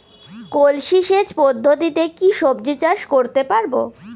কলসি সেচ পদ্ধতিতে কি সবজি চাষ করতে পারব?